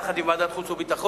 יחד עם ועדת החוץ והביטחון,